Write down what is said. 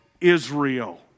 Israel